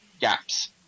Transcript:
gaps